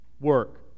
work